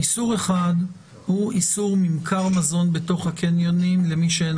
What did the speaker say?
איסור אחד הוא איסור ממכר מזון בתוך הקניונים למי שאין